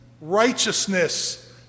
righteousness